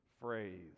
phrase